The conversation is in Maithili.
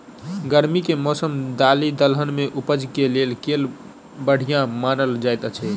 गर्मी केँ मौसम दालि दलहन केँ उपज केँ लेल केल बढ़िया मानल जाइत अछि?